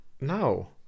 now